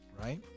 Right